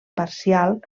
parcial